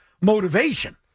motivation